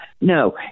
No